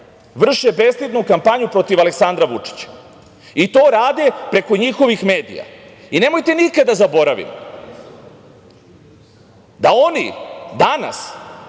vrše bestidnu kampanju protiv Aleksandra Vučića i to rade preko njihovih medija. Nemojte nikada zaboraviti da oni danas